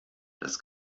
das